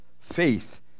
faith